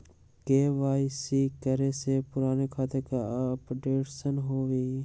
KYC करें से पुराने खाता के अपडेशन होवेई?